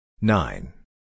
Nine